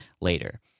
later